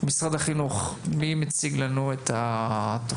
משרד החינוך, מי מציג לנו את התוכנית?